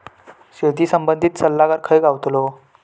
शेती संबंधित सल्लागार खय गावतलो?